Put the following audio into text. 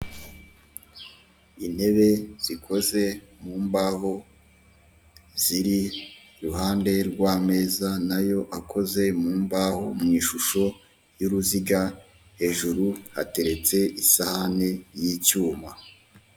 Intebe zikoze mu mbaho ziri iruhande rw'ameza n'ayo akoze mu mbaho mu ishusho y'uruziga hejuru hateretse isahane y'icyuma.